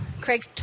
Craig